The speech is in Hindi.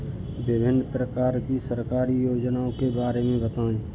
विभिन्न प्रकार की सरकारी योजनाओं के बारे में बताइए?